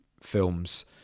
films